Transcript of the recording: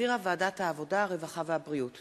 שהחזירה ועדת העבודה, הרווחה והבריאות.